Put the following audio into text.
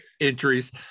entries